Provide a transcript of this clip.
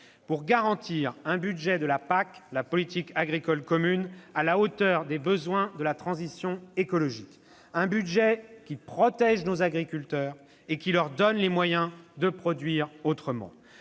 -pour garantir un budget de la PAC à la hauteur des besoins de la transition écologique, un budget qui protège nos agriculteurs et qui leur donne les moyens de produire autrement.